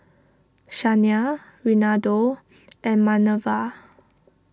Shania Renaldo and Manerva